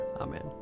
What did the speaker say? Amen